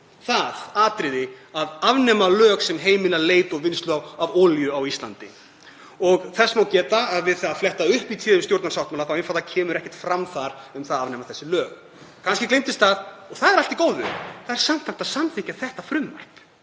það atriði að afnema lög sem heimila leit og vinnslu á olíu á Íslandi. Þess má geta að ef flett er upp í téðum stjórnarsáttmála kemur einfaldlega ekkert fram þar um að afnema þessi lög. Kannski gleymdist það og það er allt í góðu. Það er samt hægt að samþykkja þetta frumvarp.